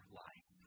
life